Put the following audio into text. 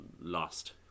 lost